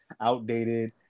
outdated